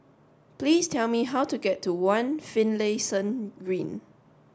please tell me how to get to one Finlayson Ring